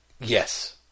Yes